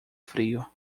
frio